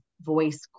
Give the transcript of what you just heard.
voice